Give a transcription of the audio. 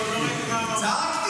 הוא הוציא אותי